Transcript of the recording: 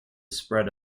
spread